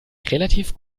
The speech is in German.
relativ